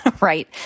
right